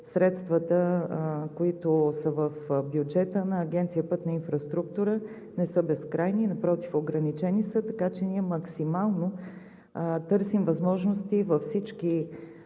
средствата, които са в бюджета на Агенция „Пътна инфраструктура“ не са безкрайни. Напротив, ограничени са. Така че ние максимално търсим възможности във всички